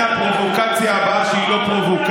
אז הינה הפרובוקציה הבאה שהיא לא פרובוקציה.